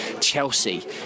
Chelsea